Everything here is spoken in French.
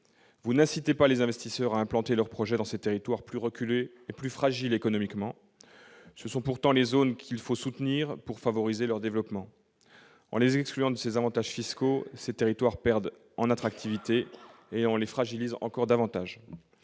vous n'incitez pas les investisseurs à implanter leurs projets dans ces territoires plus reculés et plus fragiles économiquement. Ce sont pourtant ces zones qu'il faut soutenir pour favoriser leur développement ! En les excluant des avantages fiscaux, on les fait perdre en attractivité et on les fragilise encore davantage.